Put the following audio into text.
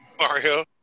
Mario